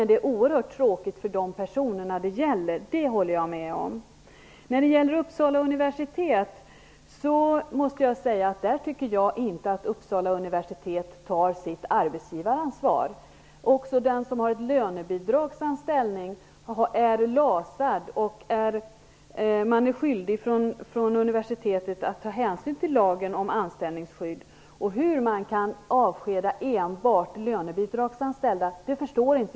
Det är oerhört tråkigt för de personer det gäller, det håller jag med om. Jag tycker inte att Uppsala universitet tar sitt arbetsgivaransvar. Också den som har lönebidragsanställning omfattas av LAS. Universitetet är skyldigt att ta hänsyn till lagen om anställningsskydd. Jag förstår inte riktigt hur man kan avskeda enbart lönebidragsanställda.